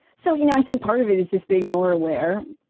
so you know i think part of it is just being more aware.